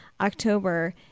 October